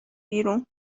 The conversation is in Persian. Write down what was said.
بیرون